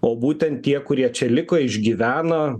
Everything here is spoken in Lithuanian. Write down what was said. o būtent tie kurie čia liko išgyveno